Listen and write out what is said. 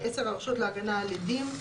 (10)הרשות להגנה על עדים,